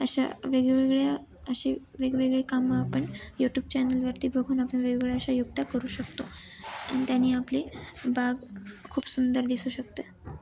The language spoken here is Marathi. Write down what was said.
अशा वेगळ्यावेगळ्या अशी वेगवेगळे कामं आपण यूटूब चॅनलवरती बघून आपण वेगवेगळ्या अशा युक्त्या करू शकतो अन त्याने आपली बाग खूप सुंदर दिसू शकते